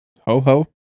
Ho-Ho